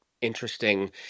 interesting